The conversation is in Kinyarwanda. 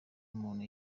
umuntu